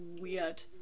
weird